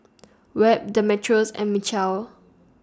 Webb Demetrios and Mechelle